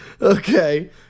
Okay